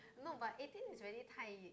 no but eighteen is really 太